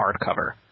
Hardcover